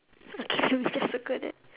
okay then we just circle that